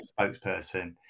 spokesperson